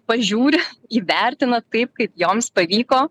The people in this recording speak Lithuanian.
pažiūri įvertina taip kaip joms pavyko